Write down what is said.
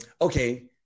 okay